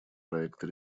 проекты